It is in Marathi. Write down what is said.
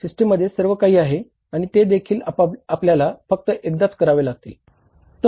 सिस्टममध्ये सर्व काही आहे आणि ते देखीलआपल्याला फक्त एकदाच करावे लागेल